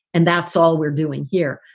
and that's all we're doing here.